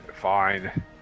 Fine